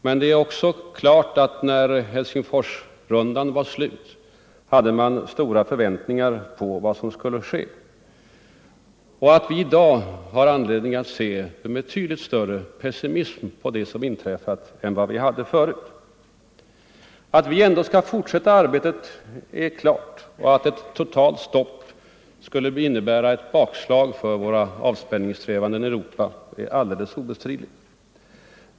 Men det är också klart att när Helsingforsrundan var slut hade förväntningarna om vad som sedan skulle ske blivit betydligt mera optimistiska. I dag har vi betydligt större anledning att se med pessimism på vad som inträffat än vad vi hade förut. Att arbetet det oaktat skall fortsätta är klart. Att ett totalt stopp skulle innebära ett bakslag för avspänningssträvandena i Europa är alldeles obestridligt.